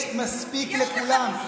יש מספיק לכולם.